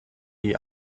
die